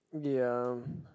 ya